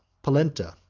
polenta,